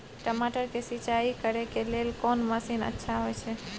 टमाटर के सिंचाई करे के लेल कोन मसीन अच्छा होय है